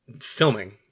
filming